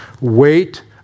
Wait